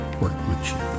workmanship